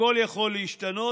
הכול יכול להשתנות.